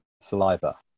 saliva